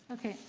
okay.